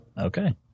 Okay